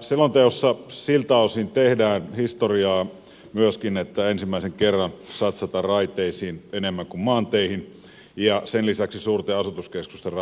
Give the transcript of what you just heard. selonteossa siltä osin tehdään historiaa myöskin että ensimmäisen kerran satsataan raiteisiin enemmän kuin maanteihin ja sen lisäksi suurten asutuskeskusten